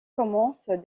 commencent